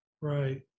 Right